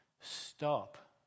stop